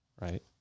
Right